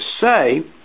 say